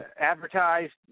advertised